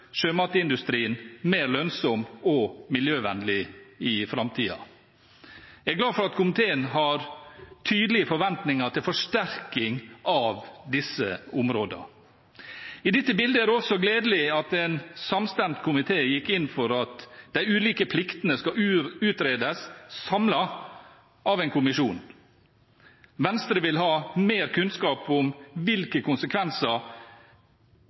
sjømatindustrien mer lønnsom og miljøvennlig i framtiden. Jeg er glad for at komiteen har tydelige forventninger til forsterking av disse områdene. I dette bildet er det også gledelig at en samstemt komité gikk inn for at de ulike pliktene skal utredes samlet av en kommisjon. Venstre vil ha mer kunnskap om hvilke konsekvenser